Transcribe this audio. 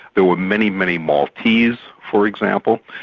there were many, many maltese, for example,